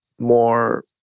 more